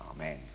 Amen